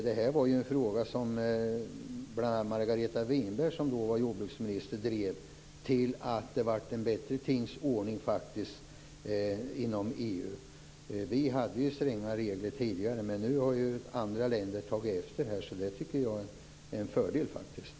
Det här var ju en fråga som bl.a. Margareta Winberg, som då var jordbruksminister, drev till en bättre tingens ordning inom EU. Vi hade ju stränga regler tidigare, men nu har andra länder tagit efter. Det tycker jag faktiskt är en fördel.